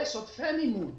יש עודפי מימון.